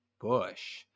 Bush